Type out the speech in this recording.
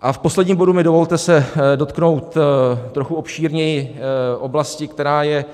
A v posledním bodu mi dovolte se dotknout trochu obšírněji oblasti, která je